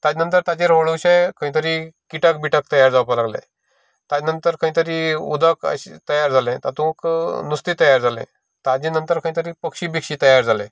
ताजे नंतर ताजेर हळू हळूशे किते तरी किटक बिटक तयार जावपाक लागले ताज्या नंतर खंय तरी उदक तयार जालें तातूंक नुस्तें तयार जालें ताज्या नंतर खंयतरी पक्षी बिक्क्षी तयार जाले